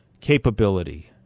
capability—